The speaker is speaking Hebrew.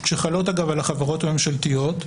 שחלות אגב על החברות הממשלתיות,